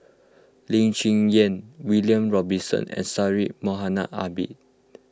Lee Cheng Yan William Robinson and Syed Mohamed Ahmed